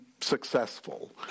successful